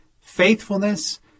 faithfulness